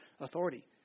authority